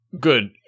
good